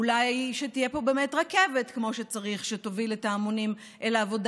אולי שתהיה פה רכבת כמו שצריך שתוביל את ההמונים אל העבודה,